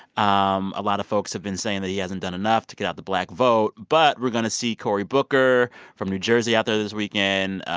um a lot of folks have been saying that he hasn't done enough to get out the black vote, but we're going to see cory booker from new jersey out there this weekend.